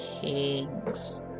Kings